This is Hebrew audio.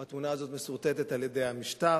או התמונה הזאת מסורטטת על-ידי המשטר.